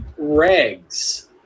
Regs